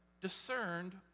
discerned